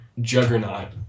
Juggernaut